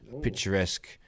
picturesque